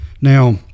now